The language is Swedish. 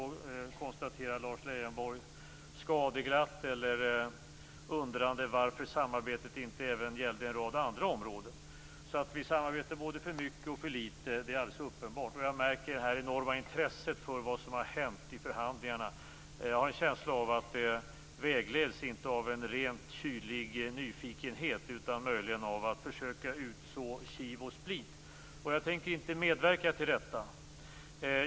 Då konstaterade Lars Leijonborg skadeglatt eller undrande varför samarbetet inte även gällde en rad andra områden. Vi samarbetar alltså både för mycket och för litet. Det är alldeles uppenbart. Jag märker det enorma intresset för vad som har hänt i förhandlingarna. Jag har en känsla av att det inte vägleds av en rent kylig nyfikenhet utan möjligen av försök att utså kiv och split. Jag tänker inte medverka till detta.